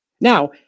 Now